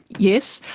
yes,